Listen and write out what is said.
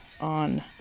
on